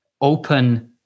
open